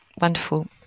wonderful